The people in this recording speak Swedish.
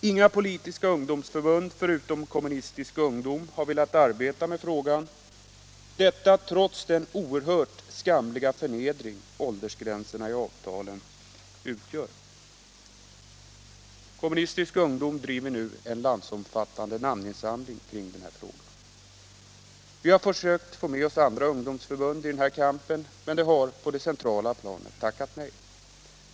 Inga politiska ungdomsförbund förutom Kommunistisk ungdom har velat arbeta med frågan — detta trots den oerhört skamliga förnedring som åldersgränserna i avtalen utgör. Kommunistisk ungdom driver nu en landsomfattande namninsamling i denna fråga. Vi har försökt få med oss alla ungdomsförbund i den här kampen, men de har på det centrala planet tackat nej.